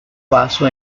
vaso